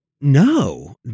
no